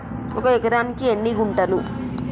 ఒక ఎకరానికి ఎన్ని గుంటలు?